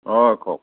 অঁ কওক